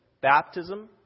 baptism